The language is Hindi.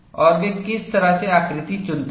और वे किस तरह से आकृति चुनते हैं